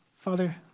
Father